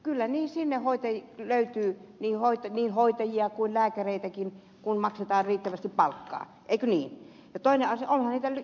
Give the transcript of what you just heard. kyllä sinne löytyy niin hoitajia kuin lääkäreitäkin kun maksetaan riittävästi palkkaa eikö niin